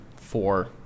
four